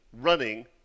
running